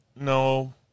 No